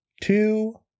two